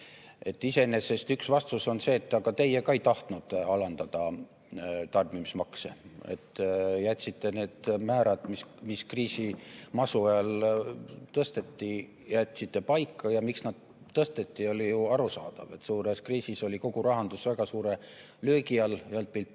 Iseenesest üks vastus on see, et aga teie ka ei tahtnud alandada tarbimismakse, jätsite need määrad, mis masu ajal tõsteti, paika. Ja miks neid tõsteti? Oli ju arusaadav, et suures kriisis oli kogu rahandus väga suure löögi all: ühelt